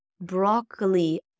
Broccoli